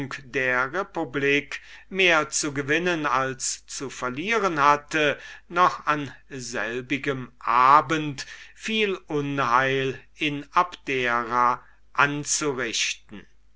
der republik mehr zu gewinnen als zu verlieren hatte noch an selbigem abend viel unheil in abdera anzurichten